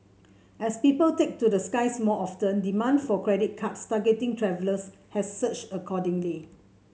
as people take to the skies more often demand for credit cards targeting travellers has surged accordingly